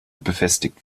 befestigt